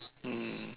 mm